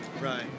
Right